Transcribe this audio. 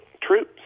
troops